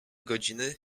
godziny